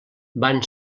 van